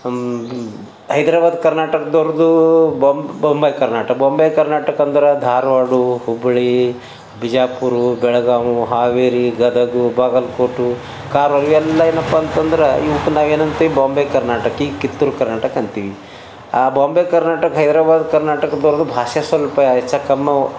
ಹೈದರಾಬಾದ್ ಕರ್ನಾಟಕ್ದವ್ರುದು ಬಾಂಬ್ ಬಾಂಬೈ ಕರ್ನಾಟ ಬಾಂಬೈ ಕರ್ನಾಟಕ ಅಂದ್ರೆ ಧಾರವಾಡ ಹುಬ್ಬಳ್ಳಿ ಬಿಜಾಪುರ ಬೆಳಗಾವಿ ಹಾವೇರಿ ಗದಗ ಬಾಗಲ್ಕೋಟೆ ಕಾರವಾರ ಇವೆಲ್ಲಾ ಏನಪ್ಪ ಅಂತಂದ್ರ ಇವುಕ್ಕೆ ನಾವು ಏನಂತಿ ಬಾಂಬೆ ಕರ್ನಾಟಕ ಕಿತ್ತೂರ್ ಕರ್ನಾಟಕ ಅಂತೀವಿ ಆ ಬಾಂಬೆ ಕರ್ನಾಟಕ ಹೈದರಾಬಾದ್ ಕರ್ನಾಟಕ್ದೊರಿಗೂ ಭಾಷೆ ಸ್ವಲ್ಪ ಹೆಚ್ಚು ಕಮ್ಮಿ